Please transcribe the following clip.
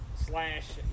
Slash